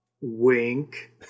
Wink